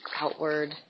outward